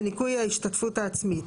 בניכוי ההשתתפות העצמית,